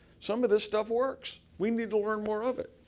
some of this stuff works. we need to learn more of it.